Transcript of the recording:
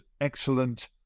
excellent